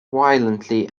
violently